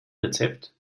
rezept